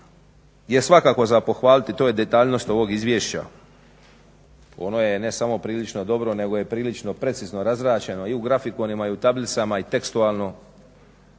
je svakako za pohvaliti to je detaljnost ovog izvješća. Ono je ne samo prilično dobro nego je prilično precizno razrađeno i u grafikonima i u tablicama i tekstualno.